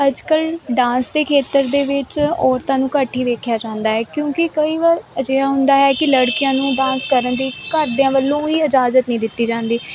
ਅੱਜ ਕੱਲ ਡਾਂਸ ਦੇ ਖੇਤਰ ਦੇ ਵਿੱਚ ਔਰਤਾਂ ਨੂੰ ਘੱਟ ਹੀ ਵੇਖਿਆ ਜਾਂਦਾ ਹੈ ਕਿਉਂਕਿ ਕਈ ਵਾਰ ਅਜਿਹਾ ਹੁੰਦਾ ਹੈ ਕਿ ਲੜਕਿਆਂ ਨੂੰ ਡਾਂਸ ਕਰਨ ਦੀ ਘਰਦਿਆਂ ਵੱਲੋਂ ਹੀ ਇਜਾਜ਼ਤ ਨਹੀਂ ਦਿੱਤੀ ਜਾਂਦੀ